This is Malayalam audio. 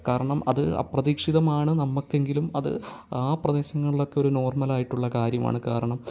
കാരണം അത് അപ്രതീക്ഷിതമാണ് നമുക്കെങ്കിലും അത് ആ പ്രദേശങ്ങളിലൊക്കെ ഒരു നോർമലായിട്ടുള്ള കാര്യമാണ് കാരണം